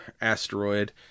asteroid